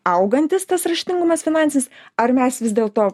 augantis tas raštingumas finansinis ar mes vis dėl to